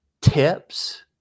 Tips